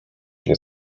nie